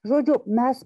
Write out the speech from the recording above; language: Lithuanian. žodžiu mes